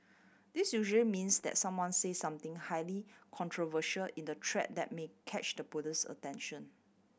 this usually means that someone said something highly controversial in the thread that may catch the police's attention